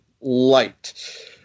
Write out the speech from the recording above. light